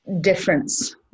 difference